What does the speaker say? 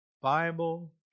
Bible